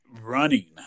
running